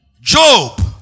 Job